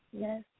Yes